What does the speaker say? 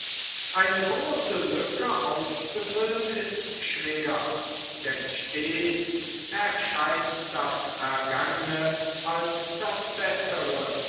eine große lücke auszufüllen ist schwer denn stets erscheint das vergangene als das bessere